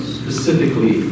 specifically